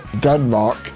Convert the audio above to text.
Denmark